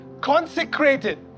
consecrated